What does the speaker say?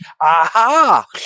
Aha